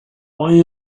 why